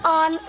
on